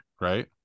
right